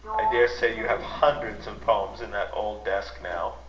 i daresay you have hundreds of poems in that old desk, now?